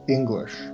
English